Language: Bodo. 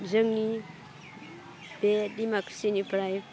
जोंनि बे डिमाकुसिनिफ्राय